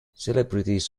celebrities